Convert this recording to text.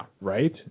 Right